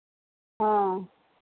हाँ